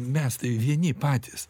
mes tai vieni patys